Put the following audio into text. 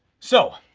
so,